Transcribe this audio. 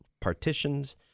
partitions